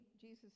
Jesus